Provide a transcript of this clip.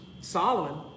Solomon